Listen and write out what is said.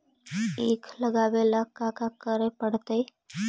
ईख लगावे ला का का करे पड़तैई?